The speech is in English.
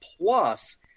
Plus